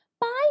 Bye